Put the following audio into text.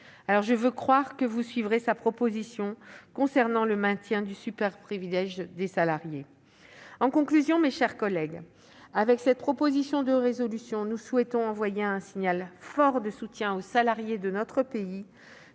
Je veux croire que vous suivrez sa proposition concernant le maintien du superprivilège des salariés. En conclusion mes chers collègues, avec cette proposition de résolution, nous souhaitons envoyer un signal fort de soutien aux salariés de notre pays,